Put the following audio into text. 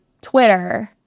Twitter